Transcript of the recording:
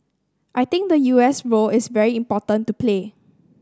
I think the U S role is very important to play